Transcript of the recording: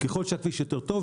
ככל שהכביש יותר טוב,